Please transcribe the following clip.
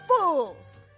fools